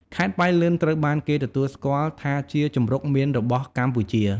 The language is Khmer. ខេត្តប៉ៃលិនត្រូវបានគេទទួលស្គាល់ថាជាជង្រុកមៀនរបស់កម្ពុជា។